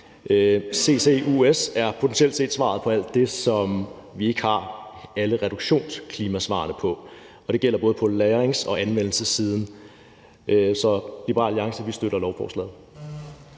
CCUS er potentielt set svaret på alt det, som vi ikke har alle reduktionsklimasvarene på, og det gælder både på lagrings- og anvendelsessiden – så Liberal Alliance støtter lovforslaget.